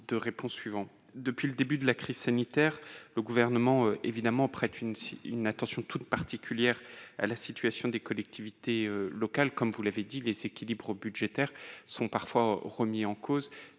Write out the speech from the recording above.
de réponse suivants. Depuis le début de la crise sanitaire, le Gouvernement prête une attention toute particulière à la situation des collectivités territoriales. Vous l'avez dit : les équilibres budgétaires sont parfois remis en cause